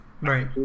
right